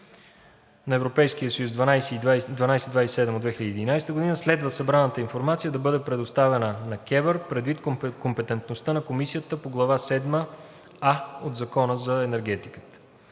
на Регламент (ЕС) № 1227/2011 следва събраната информация да бъде предоставена на КЕВР предвид компетентността на Комисията по глава седма „а“ от Закона за енергетиката.